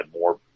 more